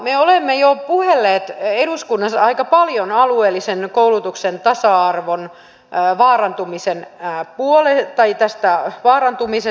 me olemme jo puhelleet eduskunnassa aika paljon koulutuksen alueellisen tasa arvon vaarantumisen aina puoleen tai tästä vaarantumisesta